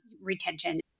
retention